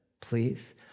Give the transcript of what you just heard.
please